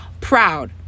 proud